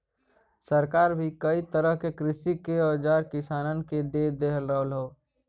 सरकार भी कई तरह क कृषि के औजार किसानन के दे रहल हौ